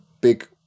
big